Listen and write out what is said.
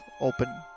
open